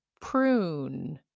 prune